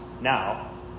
Now